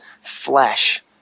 flesh